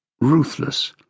ruthless